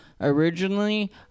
Originally